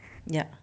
ya